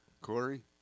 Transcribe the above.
Corey